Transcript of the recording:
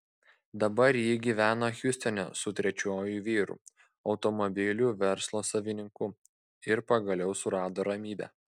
dabar ji gyvena hjustone su trečiuoju vyru automobilių verslo savininku ir pagaliau surado ramybę